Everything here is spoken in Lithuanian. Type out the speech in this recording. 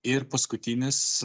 ir paskutinis